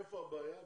איפה הבעיה?